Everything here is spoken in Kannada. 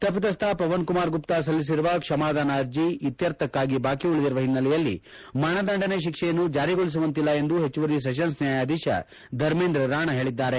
ತಪ್ಪಿತಸ್ಥ ಪವನ್ ಕುಮಾರ್ ಗುಪ್ತ ಸಲ್ಲಿಸಿರುವ ಕ್ಷಮದಾನ ಅರ್ಜಿ ಇತ್ಯರ್ಥಕ್ಕಾಗಿ ಬಾಕಿ ಉಳಿದಿರುವ ಹಿನ್ನೆಲೆಯಲ್ಲಿ ಮರಣದಂಡನೆ ಶಿಕ್ಷೆಯನ್ನು ಜಾರಿಗೊಳಿಸುವಂತಿಲ್ಲ ಎಂದು ಹೆಚ್ಚುವರಿ ಸೆಷನ್ಸ್ ನ್ಯಾಯಾಧೀಶ ಧರ್ಮೇಂದ್ರ ರಾಣಾ ಹೇಳಿದ್ದಾರೆ